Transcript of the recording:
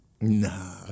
Nah